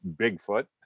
Bigfoot